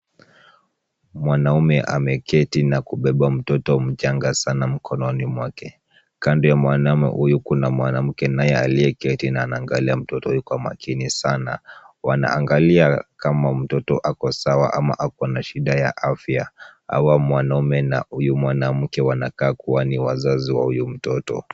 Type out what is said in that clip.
Mwanaume ameketi na kubeba mtoto mchanga sana mkononi mwake. Kando ya mwanaume huyu kuna mwanamke naye aliyeketi na anaangalia mtoto huyu kwa makini sana. Wanaangalia kama mtoto ako sawa ama ako na shida ya afya. Hawa, mwanaume na huyu mwanamke wanakaa kuwa ni wazazi wa huyu mtoto.